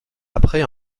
après